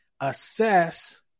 assess